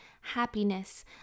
happiness